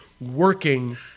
working